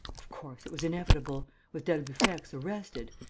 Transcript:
of course, it was inevitable. with d'albufex arrested,